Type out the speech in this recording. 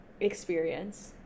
experience